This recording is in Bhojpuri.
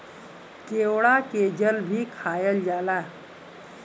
केवड़ा के जल भी खायल जाला